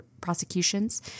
prosecutions